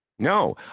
No